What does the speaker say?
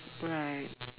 right